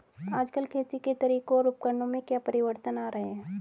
आजकल खेती के तरीकों और उपकरणों में क्या परिवर्तन आ रहें हैं?